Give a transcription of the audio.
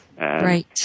Right